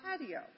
patio